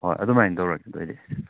ꯍꯣꯏ ꯑꯗꯨꯃꯥꯏꯅ ꯇꯧꯔꯒꯦ ꯑꯗꯣ ꯑꯣꯏꯗꯤ